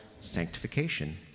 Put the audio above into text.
sanctification